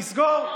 נסגור,